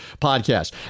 podcast